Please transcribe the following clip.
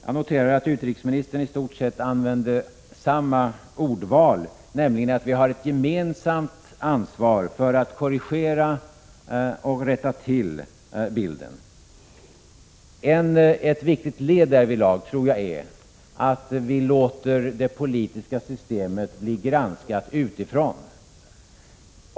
Jag noterar att utrikesministern i stort sett använde samma ord som jag, nämligen att vi har ett gemensamt ansvar för att korrigera och rätta till bilden. Ett viktigt led därvidlag är att vi låter det politiska systemet bli granskat utifrån.